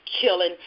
killing